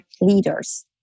leaders